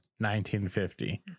1950